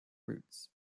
routes